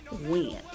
win